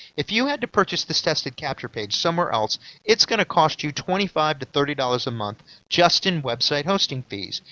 if you had to purchase this tested capture page somewhere else it's gonna cost you twenty five dollars to thirty dollars a month just in website hosting fees.